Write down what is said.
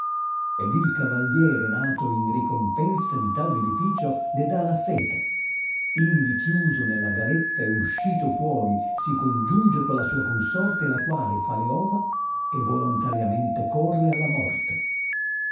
ed il cavalliere nato in ricompensa di tal beneficio le dà la seta indi chiuso nella gaietta e uscito fuori si congiunge con la sua consorte la quale fa le ova e volontariamente corre alla morte